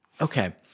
Okay